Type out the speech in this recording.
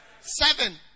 Seven